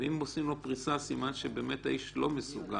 ואם עושים לו פריסה, סימן שבאמת האיש לא מסוגל